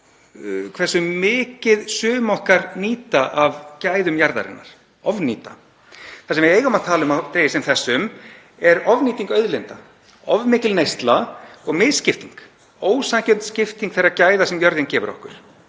hversu mikið sum okkar nýta af gæðum jarðarinnar, ofnýta. Það sem við eigum að tala um á degi sem þessum er ofnýting auðlinda, of mikil neysla og misskipting, ósanngjörn skipting þeirra gæða sem jörðin gefur okkur.